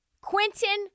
Quentin